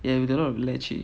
and lot of lechi